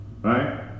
right